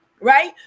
Right